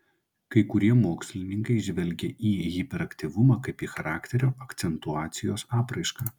kai kurie mokslininkai žvelgia į hiperaktyvumą kaip į charakterio akcentuacijos apraišką